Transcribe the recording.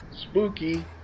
Spooky